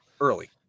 early